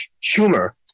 humor